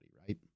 right